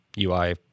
UI